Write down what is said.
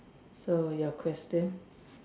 so your question